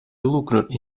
lucruri